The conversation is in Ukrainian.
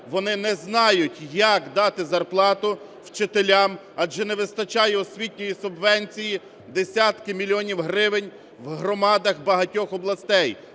Вони не знають, як дати зарплату вчителям, адже не вистачає освітньої субвенції, десятки мільйонів гривень в громадах багатьох областей.